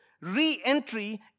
re-entry